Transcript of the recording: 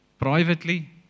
privately